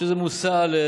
אני חושב שזה מושא להערצה.